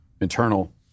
internal